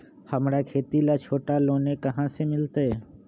हमरा खेती ला छोटा लोने कहाँ से मिलतै?